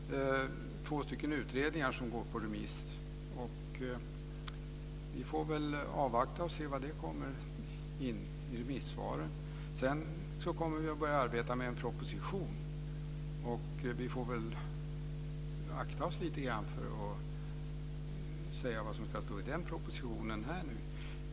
Herr talman! Det är riktigt att det har gjorts två utredningar som gått på remiss. Vi får väl avvakta och se vad som kommer in i remissvaren. Sedan kommer vi att börja arbeta med en proposition. Vi får väl akta oss lite grann för att säga vad som ska stå i den propositionen här.